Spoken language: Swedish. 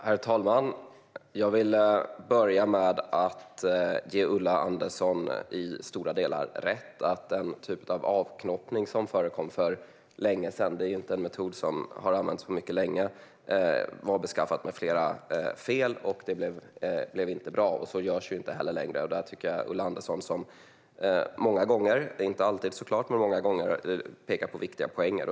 Herr talman! Jag vill börja med att ge Ulla Andersson rätt i stora delar. Den typ av avknoppning som förekom för länge sedan - det är en metod som inte har använts på mycket länge - var behäftad med flera fel, och det blev inte bra. Så gör man inte längre. Där tycker jag att Ulla Andersson som så många gånger tidigare - inte alltid, såklart, men många gånger - pekar på viktiga poänger.